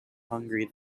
hungry